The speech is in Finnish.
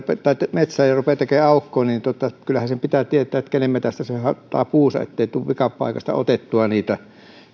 metsään ja rupeaa tekemään aukkoa niin kyllähän sen pitää tietää kenen metsästä se hakkaa puunsa ettei tule vikapaikasta otettua niitä